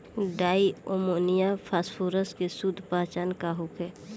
Di ammonium phosphate के शुद्ध पहचान का होखे?